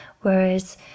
whereas